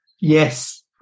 yes